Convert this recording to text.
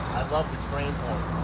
i'd love the train